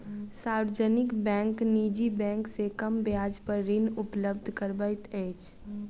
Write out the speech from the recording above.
सार्वजनिक बैंक निजी बैंक से कम ब्याज पर ऋण उपलब्ध करबैत अछि